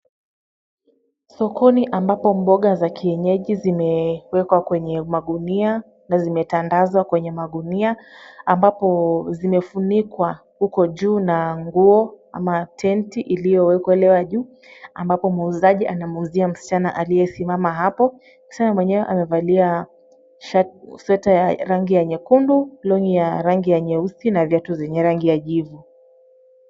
Sokoni ambapo mboga za kienyeji zimewekwa kwenye magunia na zimetandazwa kwenye magunia ambapo zimefunikwa huko juu na nguo ama tenti iliyowekelewa juu ambapo muuzaji anamuuzia msichana aliyesimama hapo. Msichana mwenyewe amevalia sweta ya rangi ya nyekundu, long'i ya rangi ya nyeusi na viatu vyenye rangi ya jivu.